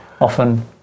often